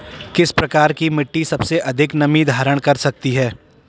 किस प्रकार की मिट्टी सबसे अधिक नमी धारण कर सकती है?